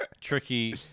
tricky